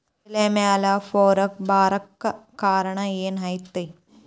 ಎಲೆ ಮ್ಯಾಲ್ ಪೊರೆ ಬರಾಕ್ ಕಾರಣ ಏನು ಐತಿ?